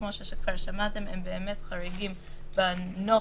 שכמו שכבר שמעתם הם באמת חריגים בנוף